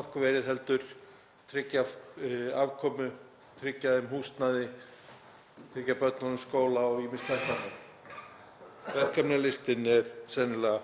orkuverið heldur tryggja afkomu, tryggja þeim húsnæði, tryggja börnunum skólavist og ýmislegt annað. Verkefnalistinn er sennilega